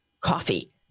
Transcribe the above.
coffee